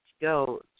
go